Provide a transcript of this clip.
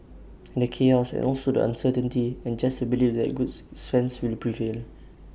and the chaos and also the uncertainty and just to believe that good sense will prevail